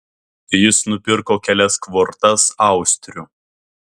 jis nupirko kelias kvortas austrių